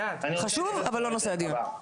חשוב אבל לא נושא הדיון.